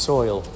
Soil